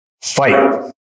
fight